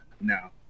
now